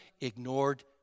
ignored